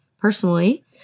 personally